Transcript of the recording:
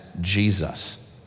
Jesus